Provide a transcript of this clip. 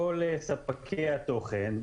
כל ספקי התוכן,